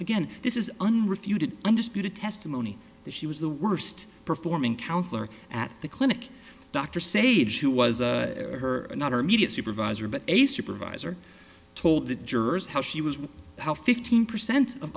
again this is an refuted undisputed testimony that she was the worst performing counsellor at the clinic dr sage who was her not her immediate supervisor but a supervisor told the jurors how she was with how fifteen percent of